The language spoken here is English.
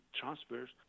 transfers